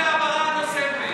חכי להבהרה נוספת.